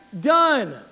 done